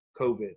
COVID